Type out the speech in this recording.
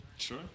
Sure